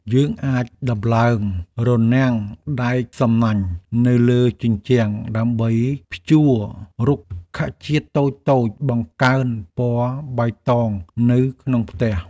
យើងអាចដំឡើងរនាំងដែកសំណាញ់នៅលើជញ្ជាំងដើម្បីព្យួររុក្ខជាតិតូចៗបង្កើនពណ៌បៃតងនៅក្នុងផ្ទះ។